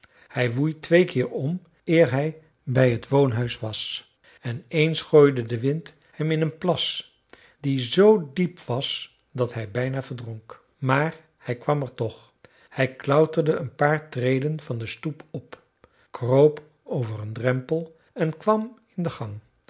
hij woei twee keer om eer hij bij het woonhuis was en eens gooide de wind hem in een plas die zoo diep was dat hij bijna verdronk maar hij kwam er toch hij klauterde een paar treden van de stoep op kroop over een drempel en kwam in de gang